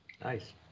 Nice